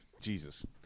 Jesus